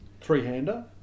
three-hander